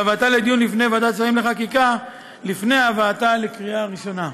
והבאתה לדיון בפני ועדת שרים לחקיקה לפני הבאתה לקריאה ראשונה.